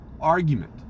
argument